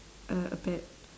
a a pet